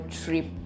trip